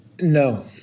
No